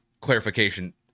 clarification